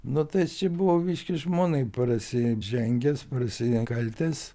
nu tai aš čia buvau biškį žmonai prasižengęs prasikaltęs